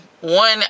One